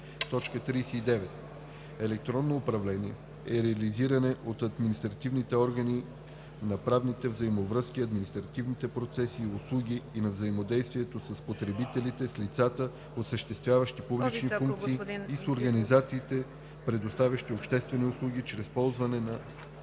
39. „Електронно управление“ е реализиране от административните органи на правните взаимовръзки, административни процеси и услуги и на взаимодействието с потребителите, с лицата, осъществяващи публични функции, и с организациите, предоставящи обществени услуги, чрез използване на